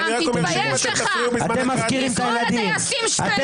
14,341 עד 14,360, מי בעד?